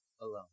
alone